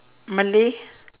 malay